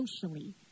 socially